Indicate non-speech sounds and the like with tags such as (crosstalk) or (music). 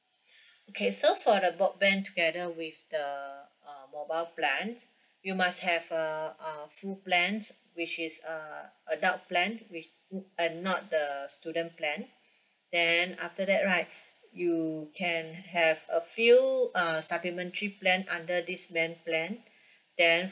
(breath) okay so for the broadband together with the uh mobile plan you must have a uh full plan which is a adult plan which mm and not the student plan (breath) then after that right (breath) you can have a few uh supplementary plan under this main plan (breath) then